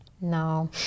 No